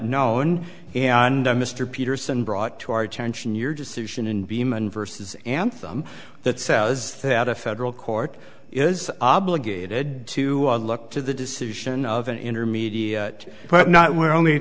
known and mr peterson brought to our attention your decision in demon vs anthem that says that a federal court is obligated to look to the decision of an intermediary not we're only